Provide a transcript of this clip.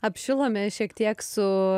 apšilome šiek tiek su